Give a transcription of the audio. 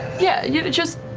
yeah, you just.